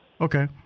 Okay